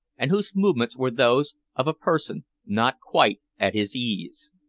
and whose movements were those of a person not quite at his ease.